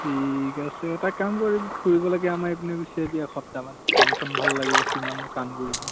ঠিক আছে এটা কাম কৰিবি ফুৰিবলৈকে আমাৰ এইপিনে গুচি আহিবি এসপ্তাহমান মন চন ভাল লাগিব কিমাননো কাম কৰিবি